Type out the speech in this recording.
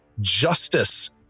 justice